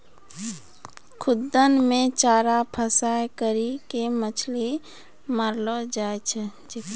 खुद्दन मे चारा फसांय करी के मछली मारलो जाय छै